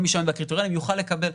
כל מי שעומד בקריטריונים יוכל לקבל.